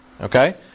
Okay